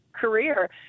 career